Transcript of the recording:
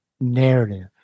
narrative